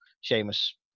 Sheamus